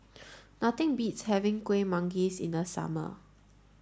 nothing beats having Kueh Manggis in the summer